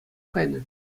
кайнӑ